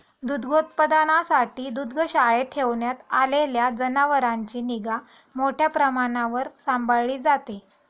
दुग्धोत्पादनासाठी दुग्धशाळेत ठेवण्यात आलेल्या जनावरांची निगा मोठ्या प्रमाणावर सांभाळली जाते